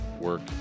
work